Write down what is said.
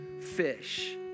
fish